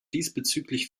diesbezüglich